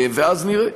ואז נראה.